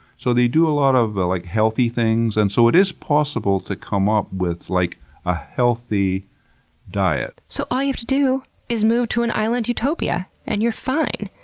so, they do a lot of like healthy things, and so it is possible to come up with like a healthy diet. so, all you have to do is move to an island utopia! and you're fine!